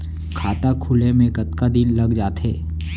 खाता खुले में कतका दिन लग जथे?